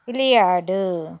விளையாடு